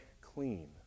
clean